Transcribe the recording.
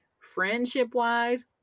friendship-wise